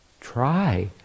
try